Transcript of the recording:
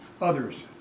others